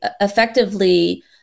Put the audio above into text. effectively